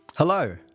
Hello